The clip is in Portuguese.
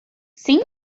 sim